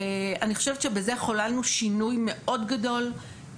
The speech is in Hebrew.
אני חושבת שבזה חוללנו שינוי מאוד גדול,